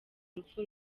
urupfu